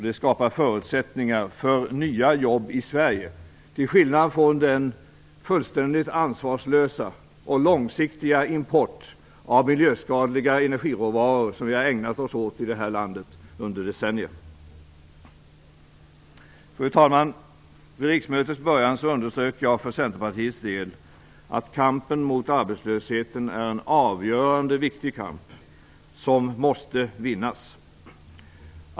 Det skapar förutsättningar för nya jobb i Sverige, till skillnad från den fullständigt ansvarslösa och långsiktiga import av miljöskadliga energiråvaror som vi har ägnat oss åt i detta land under decennier. Fru talman! Vid riksmötets början underströk jag för Centerpartiets del att kampen mot arbetslösheten är en avgörande viktig kamp som måste vinnas.